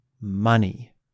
money